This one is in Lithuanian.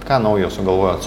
ką naujo sugalvojot